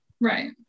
Right